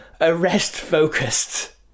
arrest-focused